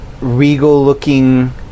regal-looking